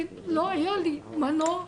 לא היה לי מנוח.